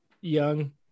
young